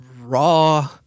raw